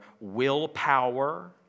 willpower